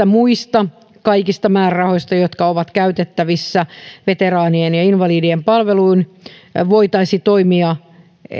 muista määrärahoista jotka ovat käytettävissä veteraanien ja invalidien palveluun eli voitaisiin toimia